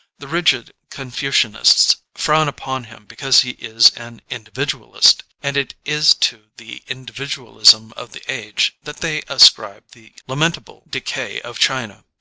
the rigid con fucianists frown upon him because he is an in dividualist, and it is to the individualism of the age that they ascribe the lamentable decay of china,